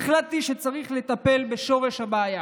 החלטתי שצריך לטפל בשורש הבעיה